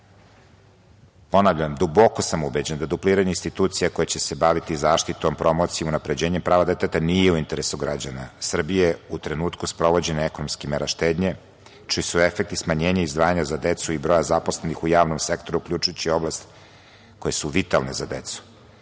građana. Ponavljam, duboko sam ubeđen da dupliranje institucija koje će se baviti zaštitom, promocijom, unapređenjem prava deteta nije u interesu građana Srbije u trenutku sprovođenja ekonomskih mera štednje, čiji su efekte smanjenje i izdvajanje za decu i broja zaposlenih u javnom sektoru uključujući oblast koje su vitalne za decu,